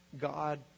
God